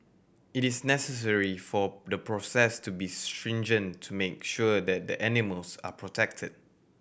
it is necessary for the process to be stringent to make sure that the animals are protected